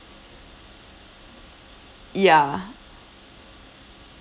ya